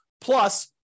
plus